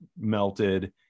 melted